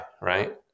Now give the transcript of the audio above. right